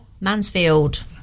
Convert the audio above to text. Mansfield